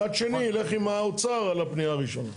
מצד שני, אלך עם האוצר על הפנייה הראשונה.